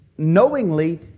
knowingly